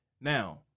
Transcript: Now